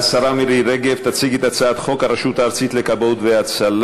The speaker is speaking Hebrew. השרה מירי רגב תציג את הצעת חוק הרשות הארצית לכבאות והצלה